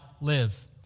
Live